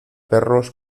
perros